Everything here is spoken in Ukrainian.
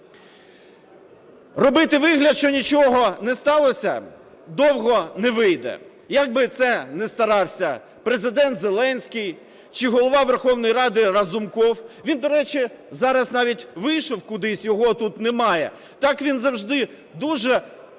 Робити вигляд, що нічого не сталося, довго не вийде, якби це не старався Президент Зеленський чи Голова Верховної Ради Разумков, він, до речі, зараз навіть вийшов кудись, його тут немає, так він завжди дуже